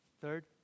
Third